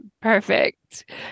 Perfect